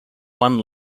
one